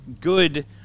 good